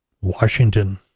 Washington